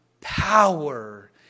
power